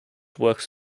works